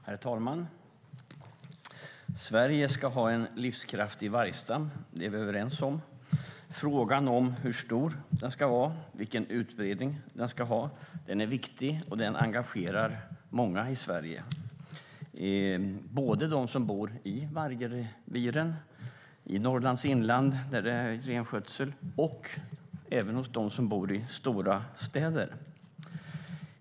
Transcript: Herr talman! Sverige ska ha en livskraftig vargstam; det är vi överens om. Frågan om hur stor den ska vara och vilken utbredning den ska ha är viktig och engagerar många i Sverige - både dem som bor i vargreviren i Norrlands inland där man har renskötsel och dem som bor i stora städer.